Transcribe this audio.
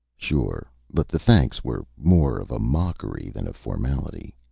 sure but the thanks were more of a mockery than a formality.